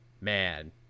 Man